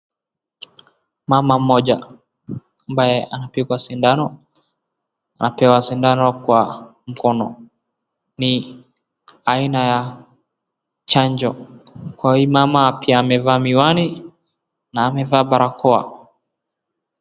Mama mmoja ambaye anapigwa sindano. Anapewa sindano kwa mkono. Ni haina ya chajo kwa hii mama pia amevaa miwani na amevaa barakoa.